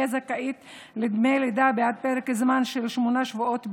זכאית לדמי לידה בעד פרק זמן של שמונה שבועות בלבד.